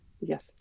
Yes